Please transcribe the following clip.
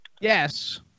Yes